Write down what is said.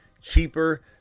cheaper